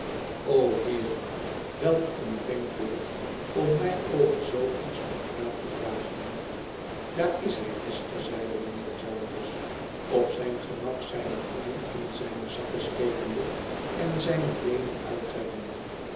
o heere welk een denkbeeld om mij over zoo iets om raad te vragen daar is hij esther zeide mijnheer jarndyce op zijn gemak zijne handen in zijne zakken stekende en zijne beenen uitrekkende